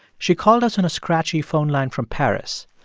she called us on a scratchy phone line from paris.